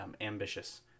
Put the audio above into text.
ambitious